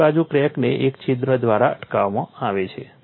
બીજી બાજુ ક્રેકને એક છિદ્ર દ્વારા અટકાવવામાં આવે છે